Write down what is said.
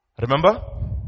Remember